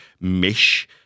mesh